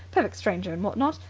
perfect stranger and what not.